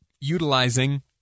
utilizing